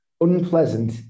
unpleasant